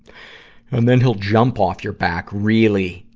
and then he'll jump off your back really,